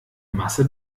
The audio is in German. masse